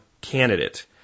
candidate